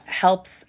helps